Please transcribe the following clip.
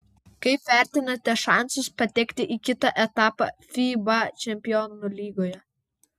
kaip vertinate šansus patekti į kitą etapą fiba čempionų lygoje